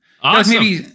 awesome